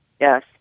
Yes